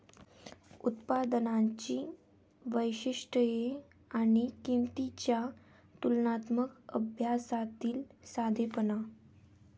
उत्पादनांची वैशिष्ट्ये आणि किंमतींच्या तुलनात्मक अभ्यासातील साधेपणा